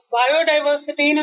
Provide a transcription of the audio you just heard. biodiversity